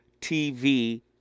TV